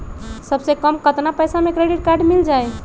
सबसे कम कतना पैसा पर क्रेडिट काड मिल जाई?